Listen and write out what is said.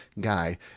guy